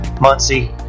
Muncie